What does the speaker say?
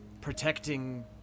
protecting